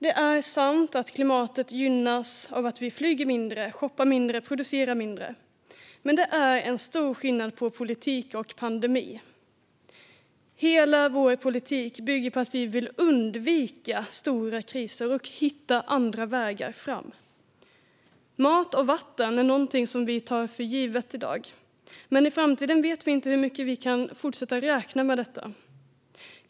Det är sant att klimatet gynnas av att vi flyger mindre, shoppar mindre och producerar mindre. Men det är stor skillnad på politik och pandemi. Hela vår politik bygger på att vi vill undvika stora kriser och hitta andra vägar fram. Mat och vatten är något som vi tar för givet i dag, men vi vet inte hur mycket vi kan fortsätta att räkna med det i framtiden.